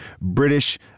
British